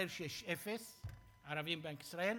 והתברר שיש אפס ערבים בבנק ישראל.